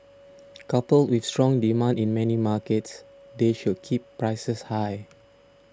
coupled with strong demand in many markets that should keep prices high